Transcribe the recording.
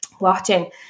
watching